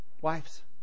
Wives